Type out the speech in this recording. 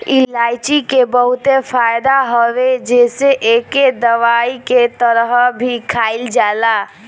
इलायची के बहुते फायदा हवे जेसे एके दवाई के तरह भी खाईल जाला